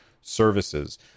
services